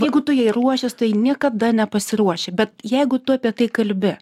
jeigu tu jai ruošies tu jai niekada nepasiruoši bet jeigu tu apie tai kalbi